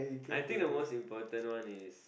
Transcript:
I think the most important one is